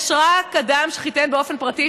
יש רק אדם שחיתן באופן פרטי,